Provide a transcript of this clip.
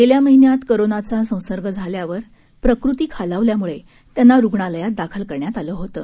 गेल्या महिन्यात कोरोनाचा संसर्ग झाल्यावर प्रकृती खालावल्यामुळे त्यांना रुग्णालयात दाखल करण्यात आलं होतं